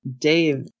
Dave